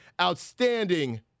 outstanding